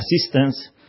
assistance